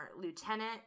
Lieutenant